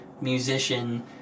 musician